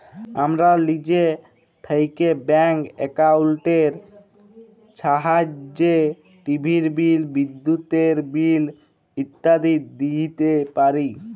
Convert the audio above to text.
আমরা লিজে থ্যাইকে ব্যাংক একাউল্টের ছাহাইয্যে টিভির বিল, বিদ্যুতের বিল ইত্যাদি দিইতে পারি